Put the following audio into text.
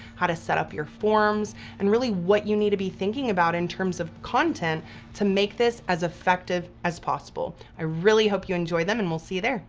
how to set up your forms and really what you need to be thinking about in terms of content to make this as effective as possible. i really hope you enjoy them and we'll see you there.